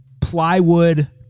plywood